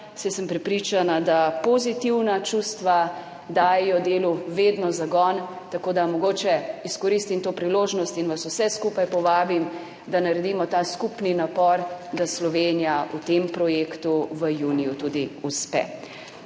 saj sem prepričana, da pozitivna čustva dajejo delu vedno zagon, tako da mogoče izkoristim to priložnost in vas vse skupaj povabim, da naredimo ta skupni napor, da Slovenija v tem projektu v juniju tudi uspe,